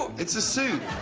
it's a suit.